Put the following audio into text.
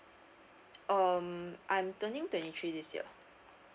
um I'm turning twenty three this year